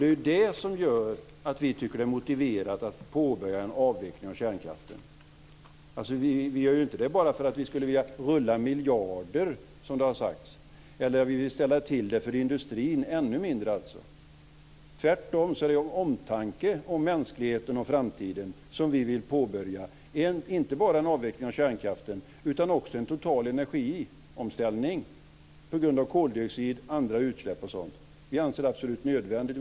Det är det som gör att vi tycker att det är motiverat att påbörja en avveckling av kärnkraften. Vi gör det inte bara för att vi skulle vilja "rulla miljarder" eller ännu mindre för att vi vill ställa till det för industrin. Tvärtom är det av omtanke om mänskligheten och framtiden som vi vill påbörja inte bara en avveckling av kärnkraften utan också en total energiomställning på grund av koldioxid, andra utsläpp osv. Vi anser att det är absolut nödvändigt.